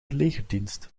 legerdienst